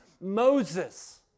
Moses